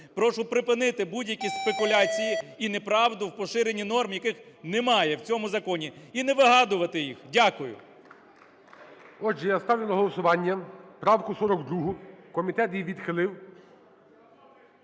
Прошу припинити будь-які спекуляції і неправду в поширенні норм, яких немає в цьому законі, і не вигадувати їх. Дякую. ГОЛОВУЮЧИЙ. Отже, я ставлю на голосування правку 42. Комітет її відхилив.